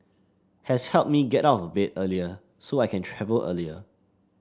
has helped me get out of bed earlier so I can travel earlier